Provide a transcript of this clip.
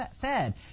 fed